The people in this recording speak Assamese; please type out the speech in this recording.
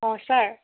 অ' ছাৰ